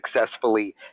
successfully